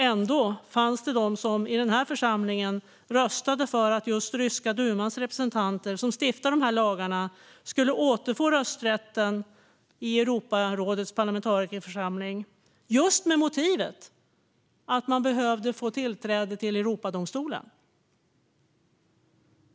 Ändå fanns det de som i den här församlingen röstade för att den ryska dumans representanter, som stiftar de här lagarna, skulle återfå rösträtten i Europarådets parlamentarikerförsamling just med motivet att man behövde få tillträde till Europadomstolen.